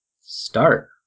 start